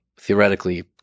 theoretically